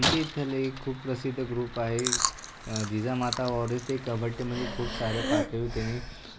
आमचे इथले खूप प्रसिद्ध ग्रुप आहे जिजामाता वरीस ते कबड्डीमध्ये खूप सारे पातळीवर त्यांनी